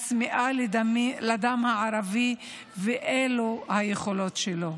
הצמאה לדם הערבי, ואלו היכולות שלו.